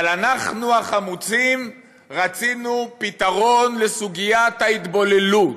אבל אנחנו החמוצים רצינו פתרון לסוגיית ההתבוללות.